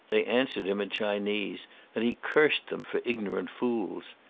they answered him in chinese and he cursed them for ignorant fools.